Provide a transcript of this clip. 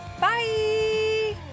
bye